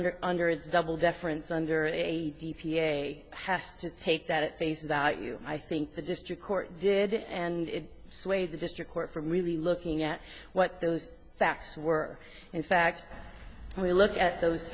under under its double deference under a d p a has to take that at face value i think the district court did and it swayed the district court from really looking at what those facts were in fact we look at those